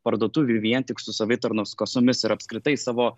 parduotuvių vien tik su savitarnos kasomis ir apskritai savo